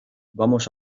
vamos